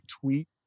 tweet